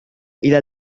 إلى